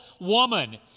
woman